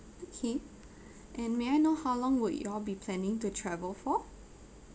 okay and may I know how long would you all be planning to travel for